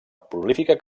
prolífica